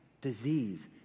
disease